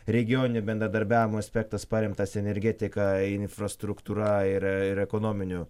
regioninio bendradarbiavimo aspektas paremtas energetika infrastruktūra ir ir ekonominiu